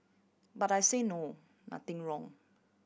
but I say no nothing wrong